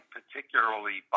particularly